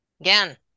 again